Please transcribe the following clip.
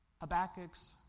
Habakkuk's